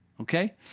okay